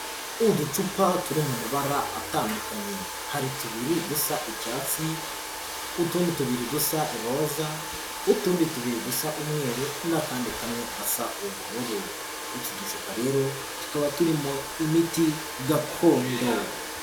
Uducupa turi mu mabara atandukanye, hari tubiri dusa icyatsi, utundi tubiri dusa iroza, utundi tubiri dusa umweru n'akandi kamwe gasa ubururu, utu ducupa rero tukaba turimo imiti gakondo.